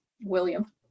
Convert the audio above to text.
William